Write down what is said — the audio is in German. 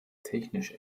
technische